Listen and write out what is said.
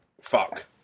Fuck